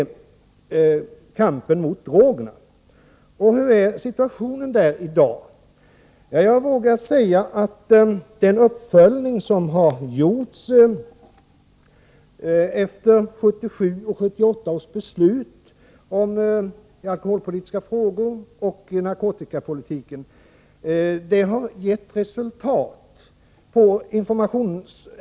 Den ena är kampen mot drogerna. Hur är situationen där i dag? Jag vågar säga att den uppföljning som har gjorts efter 1977 och 1978 års beslut i alkoholpolitiska frågor och om narkotikapolitiken har gett ett positivt resultat.